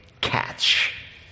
catch